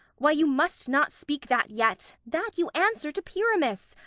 why, you must not speak that yet that you answer to pyramus.